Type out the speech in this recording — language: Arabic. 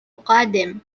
قادم